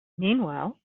meanwhile